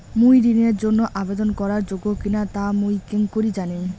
মুই ঋণের জন্য আবেদন করার যোগ্য কিনা তা মুই কেঙকরি জানিম?